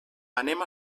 anem